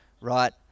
right